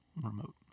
remote